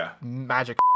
magic